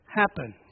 happen